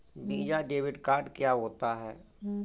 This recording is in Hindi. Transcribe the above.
वीज़ा डेबिट कार्ड क्या होता है?